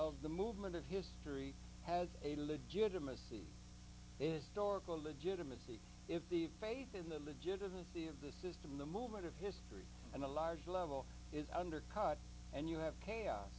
of the movement of history has a legitimacy is dork legitimacy if the faith in the legitimacy of the system the movement of history and a large level is undercut and you have chaos